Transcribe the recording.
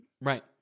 right